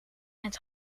het